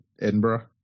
Edinburgh